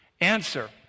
Answer